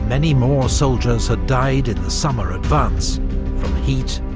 many more soldiers had died in the summer advance from heat,